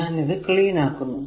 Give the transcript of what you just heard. ഞാൻ ഇത് ക്ലീൻ ആക്കുന്നു